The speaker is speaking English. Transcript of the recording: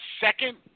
second